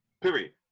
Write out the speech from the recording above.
period